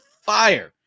fire